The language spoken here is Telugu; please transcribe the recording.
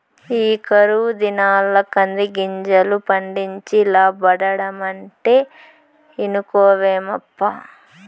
ఈ కరువు దినాల్ల కందిగింజలు పండించి లాబ్బడమంటే ఇనుకోవేమప్పా